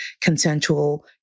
consensual